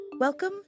Welcome